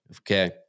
okay